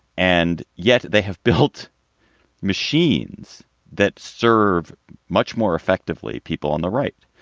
and yet they have built machines that serve much more effectively, people on the right.